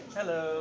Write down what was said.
Hello